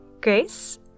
Grace